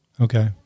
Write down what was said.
Okay